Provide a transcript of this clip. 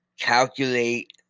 calculate